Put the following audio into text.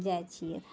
जाइ छियै